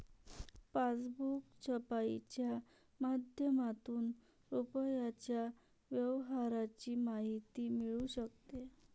passbook छपाईच्या माध्यमातून रुपयाच्या व्यवहाराची माहिती मिळू शकते